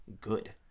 good